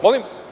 Molim?